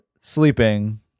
sleeping